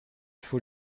faut